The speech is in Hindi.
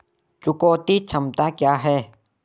चुकौती क्षमता क्या है?